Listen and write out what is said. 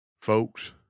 Folks